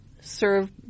serve